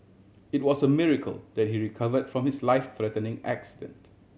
it was a miracle that he recover from his life threatening accident